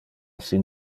sin